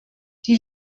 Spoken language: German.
die